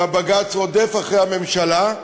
ובג"ץ רודף אחרי הממשלה,